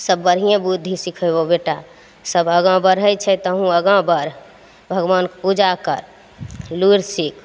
सभ बढ़िये बुद्धि सिखेबो बेटा सभ आगा बढ़ि छै तहुँ आगा बढ़ भगवानके पूजा कर लुरि सीख